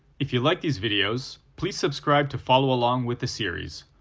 if you like these videos, please subscribe to follow along with the series.